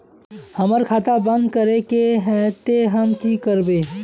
हमर खाता बंद करे के है ते हम की करबे?